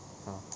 ah